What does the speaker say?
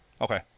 Okay